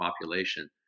population